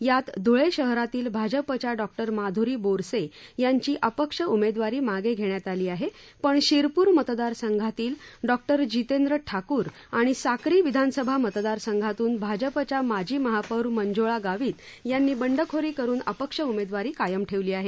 यात ध्ळे शहरातील भाजपच्या डॉक्टर माध्री बोरसे यांची अपक्ष उमेदवारी मागे घेण्यात आली आहे पण शिरपूर मतदार संघातील डॉक्टर जितेंद्र ठाकूर आणि साक्री विधानसभा मतदारसंघातून भाजपच्या माजी महापौर मंजुळा गावित यांनी बंडखोरी करून अपक्ष उमेदवारी कायम ठेवली आहे